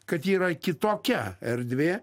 kad ji yra kitokia erdvė